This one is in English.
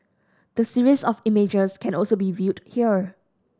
the series of images can also be viewed here